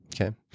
Okay